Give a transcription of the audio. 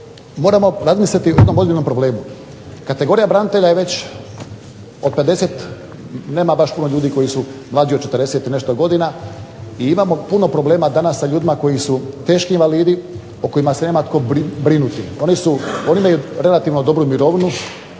moramo razmisliti o jednom ozbiljnom problemu. Kategorija branitelja je već od 50, nema baš puno ljudi koji su mlađi od 40 i nešto godina, i imamo puno problema danas sa ljudima koji su teški invalidi, o kojima se nema tko brinuti. Oni imaju relativno dobru mirovinu,